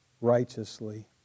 righteously